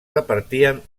repartien